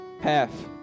path